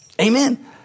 Amen